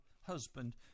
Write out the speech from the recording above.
husband